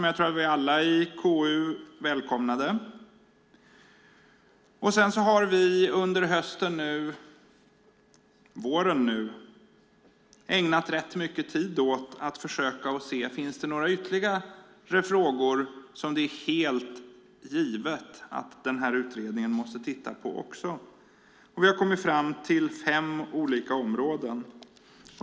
Jag tror att vi alla i KU välkomnade detta. Sedan har vi under våren ägnat rätt mycket tid åt att försöka se om det finns några ytterligare frågor som det är helt givet att den här utredningen också måste titta på. Vi har kommit fram till fem olika områden.